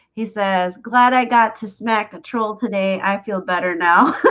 he says glad i got to smack patrol today. i feel better now well,